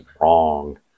wrong